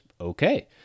Okay